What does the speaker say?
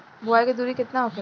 बुआई के दूरी केतना होखेला?